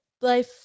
life